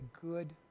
good